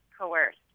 coerced